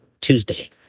Tuesday